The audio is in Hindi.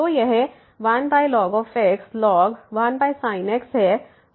तो यह 1ln x ln 1sin x है